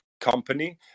company